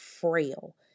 frail